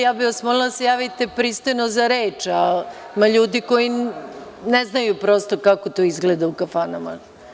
Ja bih vas molila da se javite pristojno za reč, ima ljudi koji ne znaju, prosto kako to izgleda u kafanama.